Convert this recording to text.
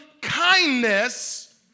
kindness